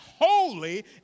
holy